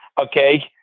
okay